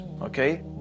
okay